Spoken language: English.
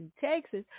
Texas